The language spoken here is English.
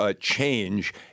change